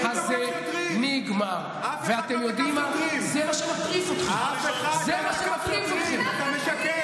זה נכון לחסימות כבישים ולהפגנות מול אנשי ציבור ונבחרי